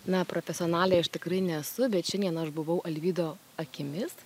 na profesionalė aš tikrai nesu bet šiandien aš buvau alvydo akimis